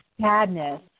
sadness